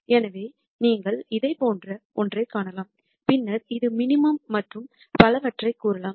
எனவே நீங்கள் இதைப் போன்ற ஒன்றைக் காணலாம் பின்னர் இது மினிமம் மற்றும் பலவற்றைக் கூறலாம்